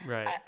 Right